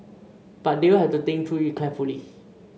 but they will have to think through it carefully